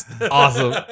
awesome